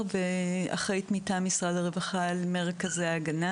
ואחראית מטעם משרד הרווחה על מרכזי ההגנה